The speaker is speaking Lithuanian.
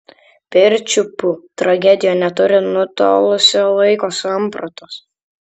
pirčiupių tragedija neturi nutolusio laiko sampratos